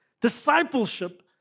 Discipleship